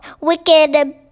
wicked